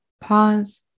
pause